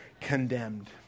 condemned